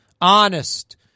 Honest